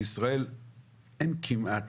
בישראל אין כמעט,